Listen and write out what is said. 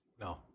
No